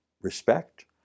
respect